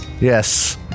Yes